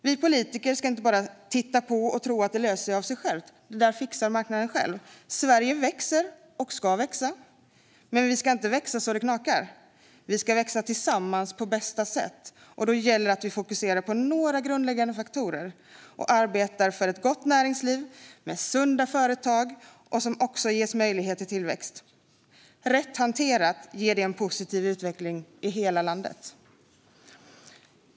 Vi politiker ska inte bara titta på och tro att detta löser sig av sig självt - att det där fixar marknaden själv. Sverige växer och ska växa, men vi ska inte växa så det knakar. Vi ska växa tillsammans på bästa sätt, och då gäller det att vi fokuserar på några grundläggande faktorer och arbetar för ett gott näringsliv med sunda företag, som också ges möjlighet till tillväxt. Rätt hanterat ger detta en positiv utveckling i hela landet.